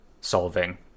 solving